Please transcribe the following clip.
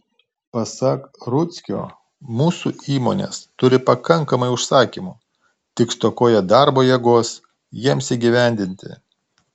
pasak rudzkio mūsų įmonės turi pakankamai užsakymų tik stokoja darbo jėgos jiems įgyvendinti